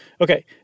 Okay